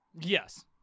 Yes